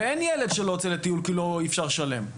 ואין ילד שלא יוצא לטיול כי לא, אי אפשר לשלם.